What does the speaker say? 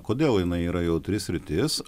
kodėl jinai yra jautri sritis